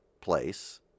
place